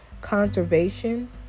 conservation